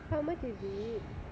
how much is it